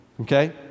Okay